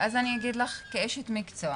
אני אגיד לך כאשת מקצוע: